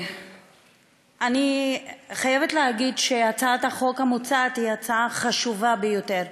אני חייבת להגיד שהצעת החוק המוצעת היא הצעה חשובה ביותר.